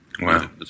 Wow